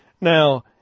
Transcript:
Now